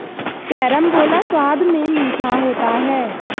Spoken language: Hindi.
कैरमबोला स्वाद में मीठा होता है